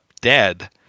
dead